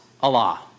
Allah